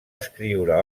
escriure